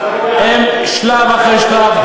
שלב אחר שלב,